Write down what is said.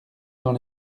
dans